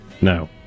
No